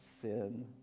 sin